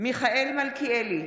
מיכאל מלכיאלי,